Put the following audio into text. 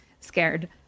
scared